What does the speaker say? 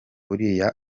uriya